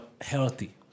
healthy